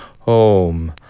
home